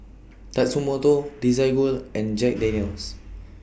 Tatsumoto Desigual and Jack Daniel's